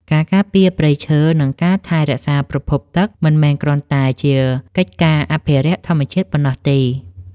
ការការពារព្រៃឈើ និងការថែរក្សាប្រភពទឹកមិនមែនគ្រាន់តែជាកិច្ចការអភិរក្សធម្មជាតិប៉ុណ្ណោះទេ។